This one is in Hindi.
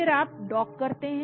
फिर आप डॉक करते हैं